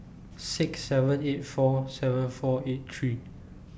six seven eight four seven four eight three